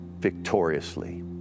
victoriously